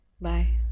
Bye